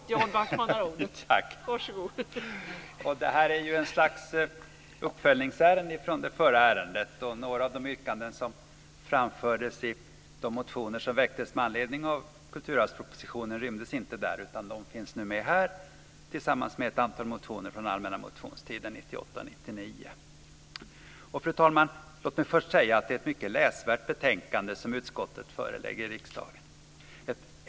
Fru talman! Detta är ett slags uppföljning av det förra ärendet. Några av de yrkanden som framfördes i de motioner som väcktes med anledning av kulturarvspropositionen rymdes inte där, utan de finns nu med här, tillsammans med ett antal motioner från allmänna motionstiden 1998 och 1999. Fru talman! Låt mig först säga att det är ett mycket läsvärt betänkande som utskottet förelägger riksdagen.